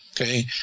okay